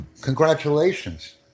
Congratulations